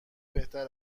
بهتر